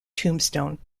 tombstone